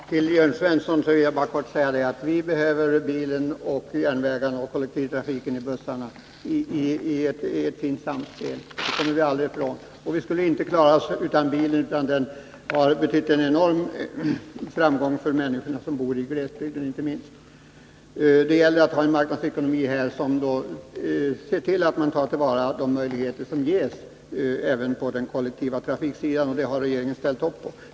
Herr talman! Till Jörn Svensson vill jag bara kort säga att vi behöver bilen, järnvägarna, bussarna och övrig kollektivtrafik i ett fint samspel — det kommer vi aldrig ifrån. Vi skulle inte klara oss utan bilen. Den har betytt enormt mycket för människorna, inte minst för dem som bor i glesbygden. Det gäller att här ha en marknadsekonomi som tar till vara de möjligheter som ges även på den kollektiva trafiksidan, och det har regeringen ställt upp på.